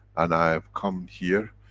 and i have come here,